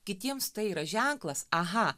kitiems tai yra ženklas aha